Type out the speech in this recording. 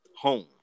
home